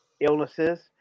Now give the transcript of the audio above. illnesses